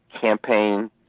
campaign